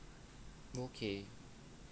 okay